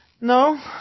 No